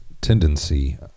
tendency